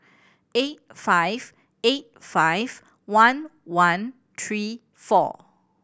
eight five eight five one one three four